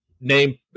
name